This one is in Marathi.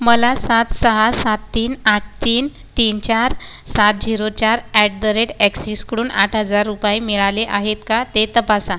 मला सात सहा सात तीन आठ तीन तीन चार सात झिरो चार अॅट द रेट अॅक्सिसकडून आठ हजार रुपये मिळाले आहेत का ते तपासा